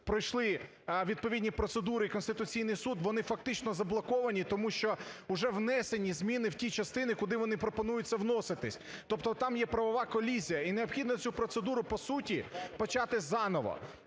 пройшли відповідні процедури і Конституційний Суд, вони фактично заблоковані, тому що уже внесені зміни в ті частини, куди вони пропонуються вноситись, тобто, там є правова колізія і необхідно цю процедур по суті почати заново.